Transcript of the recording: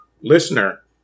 Listener